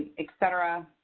et cetera.